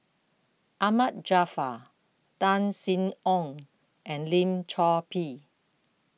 Ahmad Jaafar Tan Sin Aun and Lim Chor Pee